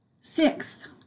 Sixth